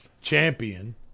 champion